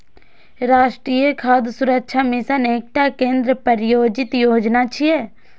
राष्ट्रीय खाद्य सुरक्षा मिशन एकटा केंद्र प्रायोजित योजना छियै